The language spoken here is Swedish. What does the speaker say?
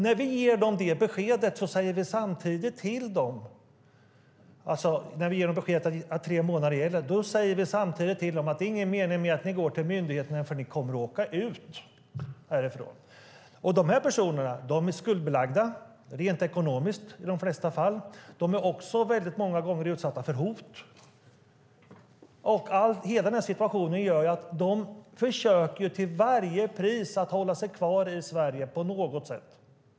När vi ger dem beskedet att tre månader är regeln säger vi samtidigt till dem att det inte är någon mening att de går till myndigheterna för de kommer att åka ut härifrån. De här personerna är i de flesta fall skuldbelagda rent ekonomiskt. De är också väldigt många gånger utsatta för hot. Hela den situationen gör ju att de till varje pris försöker att hålla sig kvar i Sverige på något sätt.